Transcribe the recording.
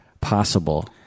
possible